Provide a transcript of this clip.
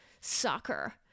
Soccer